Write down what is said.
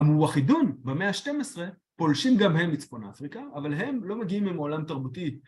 המוחידון במאה ה-12 פולשים גם הם לצפון אפריקה, אבל הם לא מגיעים עם עולם תרבותי